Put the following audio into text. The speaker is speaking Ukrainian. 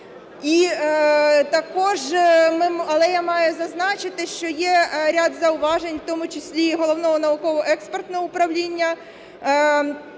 І також я маю зазначити, що є ряд зауважень, у тому числі і Головного науково-експертного управління,